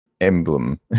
emblem